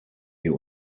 wir